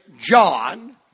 John